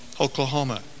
Oklahoma